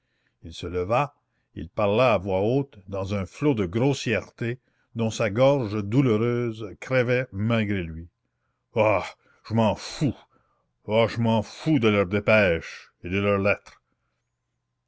il se leva il parla à voix haute dans un flot de grossièreté dont sa gorge douloureuse crevait malgré lui ah je m'en fous ah je m'en fous de leurs dépêches et de leurs lettres